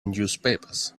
newspapers